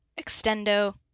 extendo